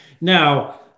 now